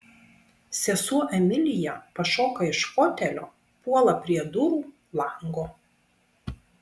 sesuo emilija pašoka iš fotelio puola prie durų lango